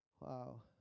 wow